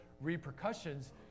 repercussions